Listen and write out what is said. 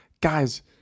guys